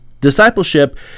Discipleship